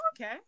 Okay